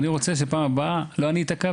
אני רוצה שבפעם הבאה לא אני אתקע,